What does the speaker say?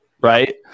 right